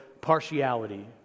partiality